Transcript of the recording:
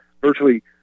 virtually